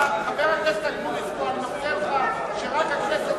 חבר הכנסת אקוניס, אני מבטיח לך שרק הכנסת אחראית,